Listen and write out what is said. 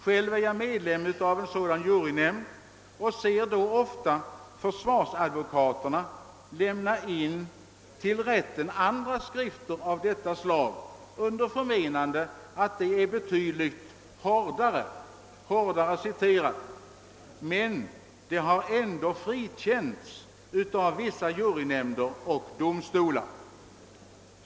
Själv är jag medlem av en sådan jury och ser då ofta att försvarsadvokaterna lämnar in till rätten andra skrifter av detta slag under förmenande att de är betydligt »hårdare» men ändå har frikänts av vissa juryer och domstolar.